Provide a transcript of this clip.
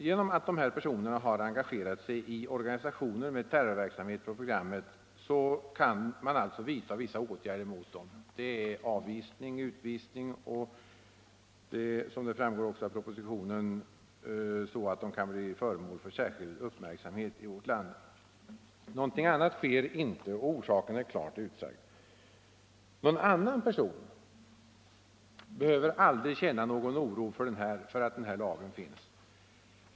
Genom att de här personerna har engagerat sig i organisationer med terrorverksamhet på programmet kan man alltså vidta vissa åtgärder mot dem — det är avvisning eller utvisning, och som framgår av propositionen kan de också bli föremål för särskild uppmärksamhet i vårt land. Något annat sker inte, och orsaken är klart utsagd. Människorna i övrigt behöver aldrig hysa oro för att lagen finns.